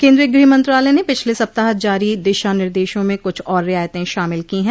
केन्द्रीय गृह मंत्रालय ने पिछले सप्ताह जारी दिशा निर्देशों में कुछ और रियायतें शामिल की हैं